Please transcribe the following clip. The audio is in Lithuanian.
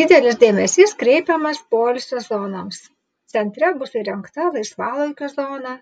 didelis dėmesys kreipiamas poilsio zonoms centre bus įrengta laisvalaikio zona